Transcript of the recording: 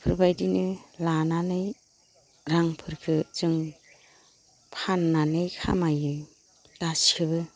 इफोरबायदिनो लानानै रांफोरखो जों फाननानै खामायो गासिखोबो